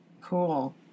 Cool